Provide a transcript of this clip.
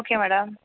okay madam